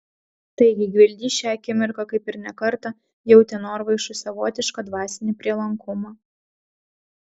taigi gvildys šią akimirką kaip ir ne kartą jautė norvaišui savotišką dvasinį prielankumą